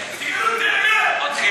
נתקבלה.